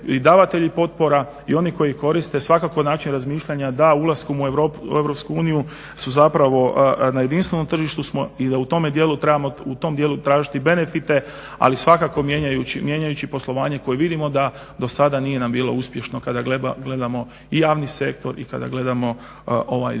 i davatelji potpora i oni koji koriste svakako način razmišljanja da ulaskom u EU su zapravo na jedinstvenom tržištu smo i da u tom dijelu trebamo tražiti benefite. Ali svakako mijenjajući poslovanje koje vidimo da dosada nije nam bilo uspješno kada gledamo i javni sektor i kada gledamo ovaj dio